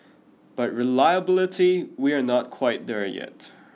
but reliability we are not quite there yet